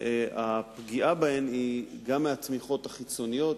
הפגיעה בהן היא גם בתמיכות החיצוניות